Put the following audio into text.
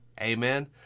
Amen